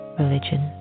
religion